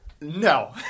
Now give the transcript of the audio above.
No